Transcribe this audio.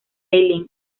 allen